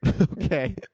Okay